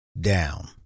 down